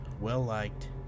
well-liked